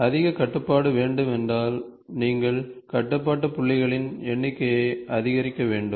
எனவே அதிக கட்டுப்பாடு வேண்டும் என்றால் நீங்கள் கட்டுப்பாட்டு புள்ளிகளின் எண்ணிக்கையை அதிகரிக்க வேண்டும்